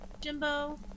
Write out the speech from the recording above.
Jimbo